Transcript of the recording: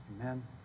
Amen